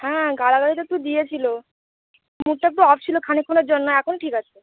হ্যাঁ গালাগালি তো একটু দিয়েছিলো মুডটা একটু অফ ছিলো খানিক্ষণের জন্য এখন ঠিক আছে